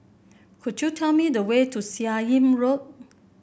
could you tell me the way to Seah Im Road